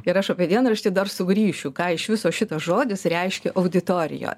ir aš apie dienraštį dar sugrįšiu ką iš viso šitas žodis reiškia auditorijo